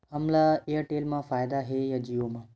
हमला एयरटेल मा फ़ायदा हे या जिओ मा?